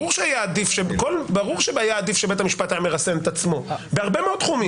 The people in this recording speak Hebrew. ברור שהיה עדיף שבית המשפט היה מרסן את עצמו בהרבה מאוד תחומים.